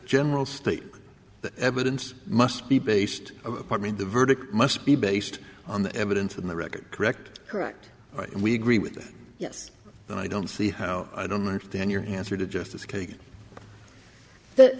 general state of the evidence must be based apartment the verdict must be based on the evidence and the record correct correct and we agree with that yes but i don't see how i don't mind then your answer to justice